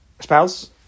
spouse